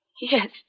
Yes